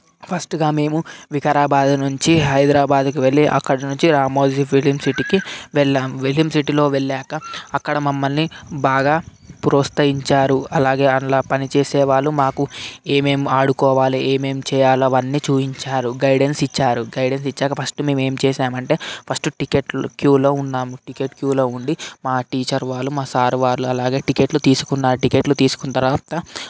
ఫస్ట్గా మేము వికారాబాద్ నుంచి హైదరాబాద్కు వెళ్ళి అక్కడ నుంచి రామోజీ ఫిలిం సిటీకి వెళ్ళాం ఫిలిం సిటీలో వెళ్ళాక అక్కడ మమ్మల్ని బాగా ప్రోత్సహించారు అలాగే అందులో పని చేసే వాళ్ళు మాకు ఏమేమి ఆడుకోవాలి ఏమేమి చేయాలో అవన్నీ చూపించారు గైడెన్స్ ఇచ్చారు గైడెన్స్ ఇచ్చాక ఫస్ట్ మేము ఏం చేశామంటే ఫస్ట్ టికెట్లు క్యూలో ఉన్నాము టికెట్ క్యూలో ఉండి మా టీచర్ వాళ్ళు మా సార్ వాళ్ళు అలాగే టికెట్లు తీసుకున్న టికెట్లు తీసుకున్న తర్వాత